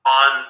on